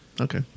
okay